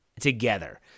together